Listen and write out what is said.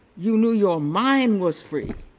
you knew your mind was free